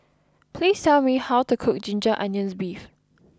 please tell me how to cook Ginger Onions Beef